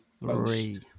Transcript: three